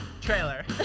trailer